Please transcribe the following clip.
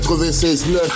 96.9